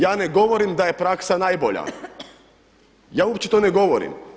Ja ne govorim da je praksa najbolja, ja uopće to ne govorim.